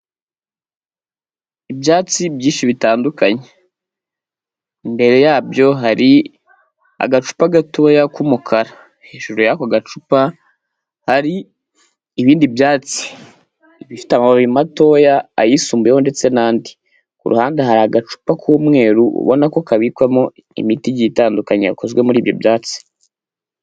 Ibyatsi byinshi bitandukanye. Imbere yabyo hari agacupa gatoya k'umukara, hejuru y'ako gacupa hari ibindi byatsi, ibifite amababi matoya ,ayisumbuyeho ndetse n'andi, ku ruhande hari agacupa k'umweru ubona ko kabikwamo imitigi itandukanye yakozwe muri ibyo byatsi.